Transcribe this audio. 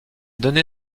donné